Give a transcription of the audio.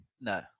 No